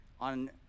on